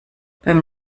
beim